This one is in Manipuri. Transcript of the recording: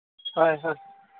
ꯍꯣꯏ ꯍꯣꯏ